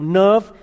nerve